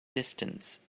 distance